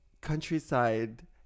Countryside